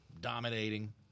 dominating